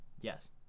Yes